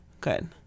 good